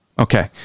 Okay